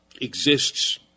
exists